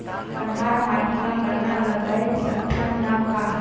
कन्हार माटी म गन्ना लगय सकथ न का?